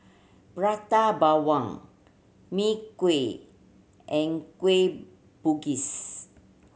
Prata Bawang Mee Kuah and Kueh Bugis